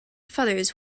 feathers